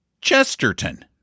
Chesterton